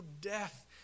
death